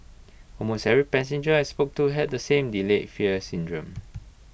almost every passenger I spoke to had the same delayed fear syndrome